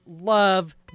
love